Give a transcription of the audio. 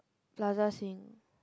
Plaza-Sing